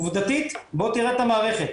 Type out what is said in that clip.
עובדתית, בוא תראה את המערכת.